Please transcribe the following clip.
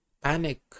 panic